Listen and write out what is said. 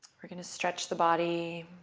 we're going to stretch the body,